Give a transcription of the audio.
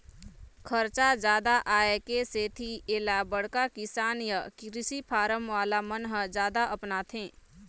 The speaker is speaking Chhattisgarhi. खरचा जादा आए के सेती एला बड़का किसान य कृषि फारम वाला मन ह जादा अपनाथे